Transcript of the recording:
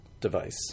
device